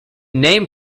name